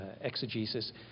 exegesis